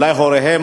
אולי הוריהם,